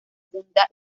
funda